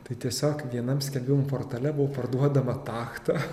tai tiesiog vienam skelbimų portale buvo parduodama tachta